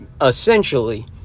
essentially